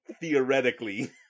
Theoretically